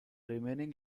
remaining